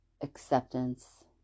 acceptance